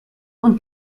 und